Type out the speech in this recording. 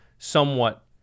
somewhat